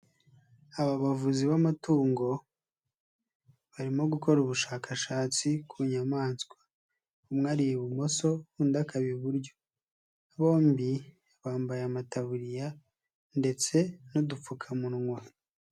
Aba bavuzi b'amatungo barimo gukora ubushakashatsi ku nyamaswa. Umwe ari ibumoso, undi akaba iburyo. Bombi bambaye amataburiya ndetse n'udupfukamunwa.